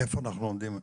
איפה אנחנו עומדים?